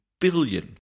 billion